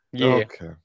Okay